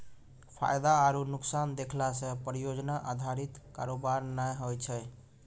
फायदा आरु नुकसान देखला से परियोजना अधारित कारोबार नै होय छै